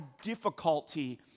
difficulty